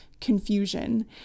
confusion